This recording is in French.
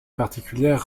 particulière